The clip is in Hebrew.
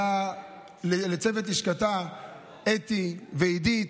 לצוות לשכתה אתי ועידית,